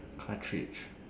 cartridge